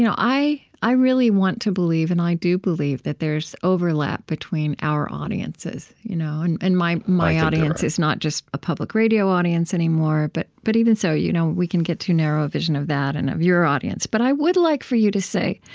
you know i i really want to believe, and i do believe that there's overlap between our you know and and my my audience is not just a public radio audience anymore, but but even so, you know we can get too narrow a vision of that and of your audience. but i would like for you to say